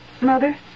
Mother